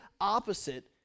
opposite